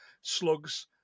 slugs